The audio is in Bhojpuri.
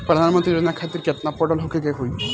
प्रधानमंत्री योजना खातिर केतना पढ़ल होखे के होई?